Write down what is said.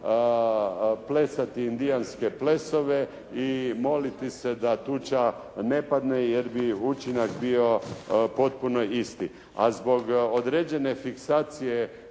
plesati indijanske plesove i moliti se da tuča ne padne jer bi učinak bio potpuno isti. A zbog određene fiksacije